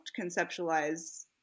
conceptualize